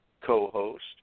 co-host